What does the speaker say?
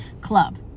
Club